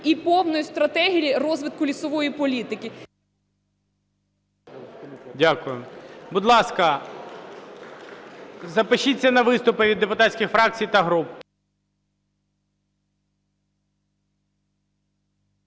і повної стратегії розвитку лісової політики. ГОЛОВУЮЧИЙ. Дякую. Будь ласка, запишіться на виступи від депутатських фракцій та груп.